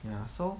ya so